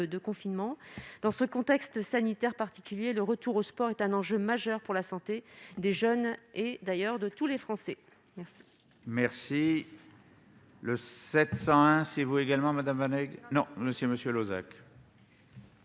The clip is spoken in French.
confinement. Dans ce contexte sanitaire particulier, le retour au sport est un enjeu majeur pour la santé des jeunes et de tous les Français.